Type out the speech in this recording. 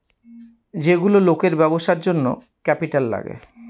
যেগুলো লোকের ব্যবসার জন্য ক্যাপিটাল লাগে